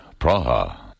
Praha